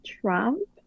Trump